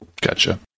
Gotcha